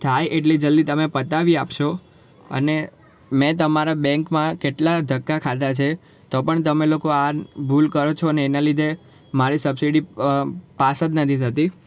થાય એટલી જલ્દી તમે પતાવી આપશો અને તમારા બેન્કમાં કેટલા ધક્કા ખાધા છે તો પણ તમે લોકો આ ભૂલ કરો છો ને એના લીધે મારી સબસિડી પાસ જ નથી થતી